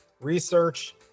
Research